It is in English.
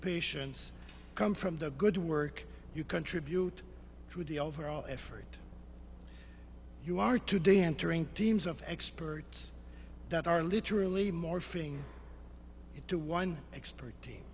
patients come from the good work you contribute to the overall effort you are today entering teams of experts that are literally morphing into one expert team